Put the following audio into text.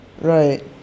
Right